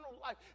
life